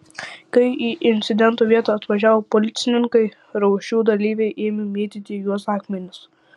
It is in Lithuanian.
kai į incidento vietą atvažiavo policininkai riaušių dalyviai ėmė mėtyti į juos akmenis